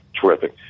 terrific